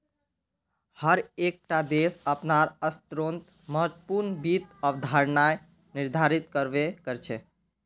हर एक टा देश अपनार स्तरोंत महत्वपूर्ण वित्त अवधारणाएं निर्धारित कर बे करछे